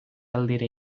aldera